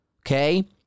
okay